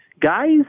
guys